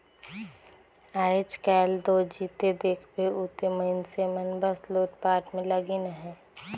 आएज काएल दो जिते देखबे उते मइनसे मन बस लूटपाट में लगिन अहे